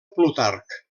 plutarc